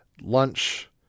lunch